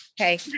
Okay